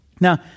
Now